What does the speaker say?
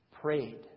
prayed